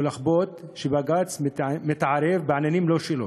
או לכפות, שבג"ץ מתערב בעניינים לא שלו.